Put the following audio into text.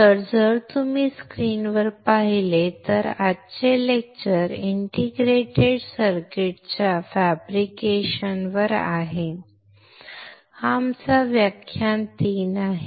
तर जर तुम्ही स्क्रीनवर पाहिले तर आजचे लेक्चर इंटिग्रेटेड सर्किट्सच्या फॅब्रिकेशनवर आहे ठीक आहे हा आमचा व्याख्यान 3 आहे